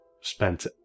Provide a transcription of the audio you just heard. spent